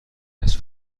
است